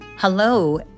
Hello